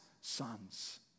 sons